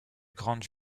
grandes